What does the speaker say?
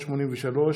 המועצה הארצית למאבק